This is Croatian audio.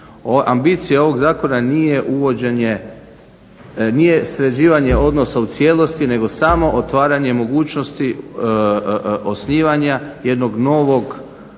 Ambicija ovog zakona nije sređivanje odnosa u cijelosti nego samo otvaranje mogućnosti osnivanja jednog novog